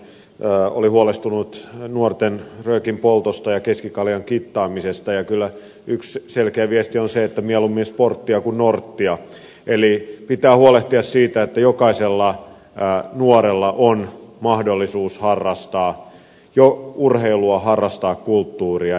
edustaja tolppanen oli huolestunut nuorten röökinpoltosta ja keskikaljan kittaamisesta ja kyllä yksi selkeä viesti on se että mieluummin sporttia kuin norttia eli pitää huolehtia siitä että jokaisella nuorella on mahdollisuus harrastaa urheilua harrastaa kulttuuria